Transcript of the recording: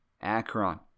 Akron